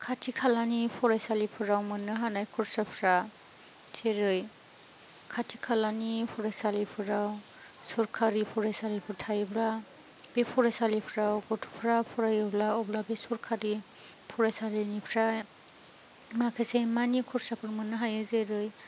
खाथि खालानि फरायसालिफोराव मोननो हानाय खरसाफ्रा जेरै खाथि खालानि फरायसालिफोराव सरखारनि फरायसालिफोर थायोब्ला बे फरायसालिफ्राव गथ'फ्रा फरायोब्ला अब्ला बे सरखारि फरायसालिनिफ्राय माखासे मानि खरसाफोर मोननो हायो जेरै